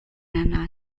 einer